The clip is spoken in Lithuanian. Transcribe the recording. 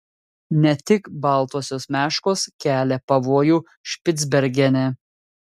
ne tik baltosios meškos kelia pavojų špicbergene